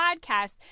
podcast